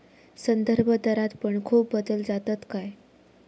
संदर्भदरात पण खूप बदल जातत काय?